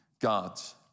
gods